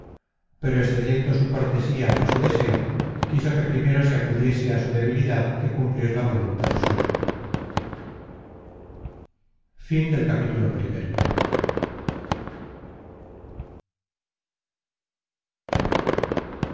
pero excediendo su cortesía á su deseo quiso que primero se acudiese á su debilidad que cumplir la voluntad suya